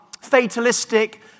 fatalistic